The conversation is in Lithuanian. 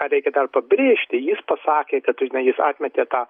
ar reikia pabrėžti jis pasakė kad tu žinai jis atmetė tą